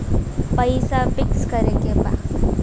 पैसा पिक्स करके बा?